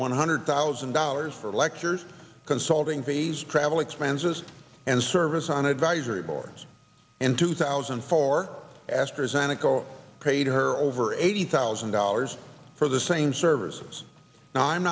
one hundred thousand dollars for lectures consulting fees travel expenses and service on advisory boards in two thousand and four astra zeneca paid her over eighty thousand dollars for the same services now i'm